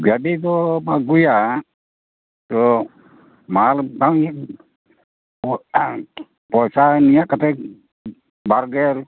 ᱜᱟᱹᱰᱤ ᱫᱚᱢ ᱟᱹᱜᱩᱭᱟ ᱛᱚ ᱢᱟᱞ ᱵᱟᱝ ᱯᱚᱭᱥᱟ ᱱᱤᱱᱟᱹ ᱠᱟᱛᱮᱫ ᱵᱟᱨ ᱜᱮᱞ